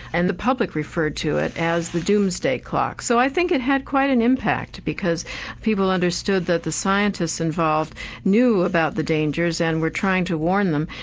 and the public referred to it as the doomsday clock. so i think it had quite an impact, because people understood that the scientists involved knew about the dangers, and were trying to warn them,